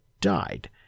died